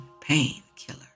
painkiller